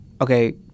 okay